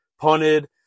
punted